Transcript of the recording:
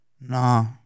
no